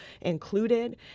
included